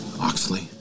Oxley